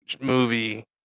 movie